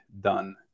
done